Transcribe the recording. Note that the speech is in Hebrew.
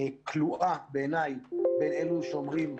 כלואה בעיניי בין אלו שאומרים,